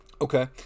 Okay